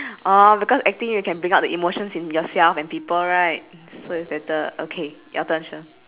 oh because acting you can bring out the emotions in yourself and people right so it's better okay your turn shir